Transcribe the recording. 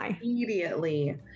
immediately